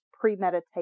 premeditated